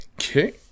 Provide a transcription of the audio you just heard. Okay